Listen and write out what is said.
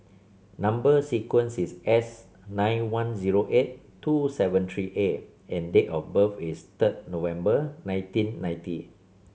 number sequence is S nine one zero eight two seven three A and date of birth is third November nineteen ninety